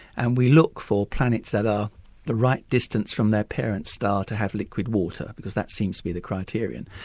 and we look for planets that are the right distance from their parents' star to have liquid water because that seems to be the criterion.